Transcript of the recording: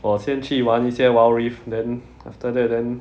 我先去玩一些 wild rift then after that then